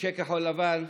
אנשי כחול לבן,